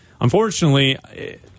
unfortunately